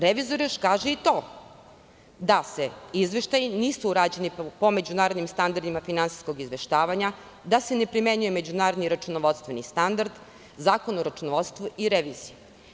Revizor još kaže i to da izveštaji nisu rađeni po međunarodnim standardima finansijskog izveštavanja, da se ne primenjuje međunarodni računovodstveni standard, Zakon o računovodstvu i reviziji.